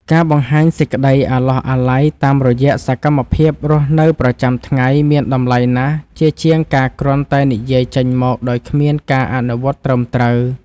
ការបង្ហាញសេចក្តីអាឡោះអាល័យតាមរយៈសកម្មភាពរស់នៅប្រចាំថ្ងៃមានតម្លៃណាស់ជាជាងការគ្រាន់តែនិយាយចេញមកដោយគ្មានការអនុវត្តត្រឹមត្រូវ។